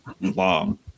long